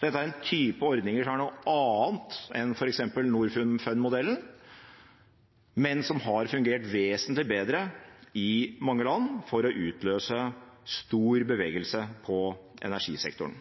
Dette er en type ordninger som er noe annet enn f.eks. Norfund-modellen, men som har fungert vesentlig bedre i mange land for å utløse stor bevegelse på energisektoren.